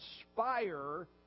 inspire